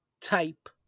type